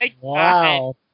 Wow